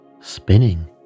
spinning